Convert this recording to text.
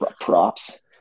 props